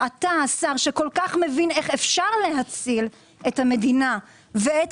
אתה השר שכל כך מבין איך אפשר להציל את המדינה ואת